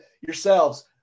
yourselves